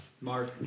Mark